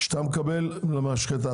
כשאתה מקבל מהמשחטה,